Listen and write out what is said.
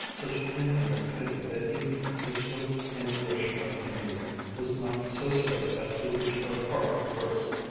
such infinite pity that even her swift intuition of its meaning was not so swift as to reach her heart first.